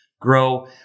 grow